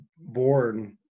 born